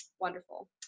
wonderful